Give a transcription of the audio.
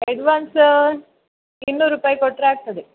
advance ಇನ್ನೂರು ರುಪಾಯ್ ಕೊಟ್ಟರೆ ಆಗ್ತದೆ